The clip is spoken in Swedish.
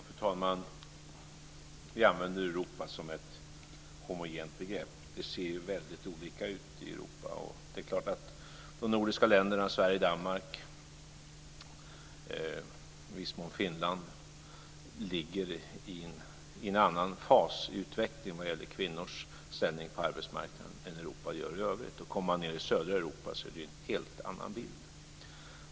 Fru talman! Vi använder Europa som ett homogent begrepp. Det ser ju väldigt olika ut i Europa. Och det är klart att de nordiska länderna Sverige, Danmark och i viss mån Finland ligger i en annan fas i utvecklingen vad gäller kvinnors ställning på arbetsmarknaden än vad Europa i övrigt gör. Och om man kommer ned i södra Europa så är det ju en helt annan bild.